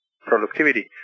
productivity